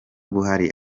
buhari